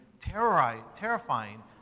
terrifying